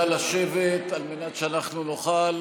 נא לשבת על מנת שאנחנו נוכל